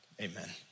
amen